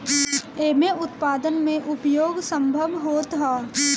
एमे उत्पादन में उपयोग संभव होत हअ